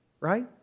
Right